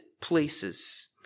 places